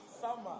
Summer